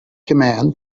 command